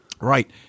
right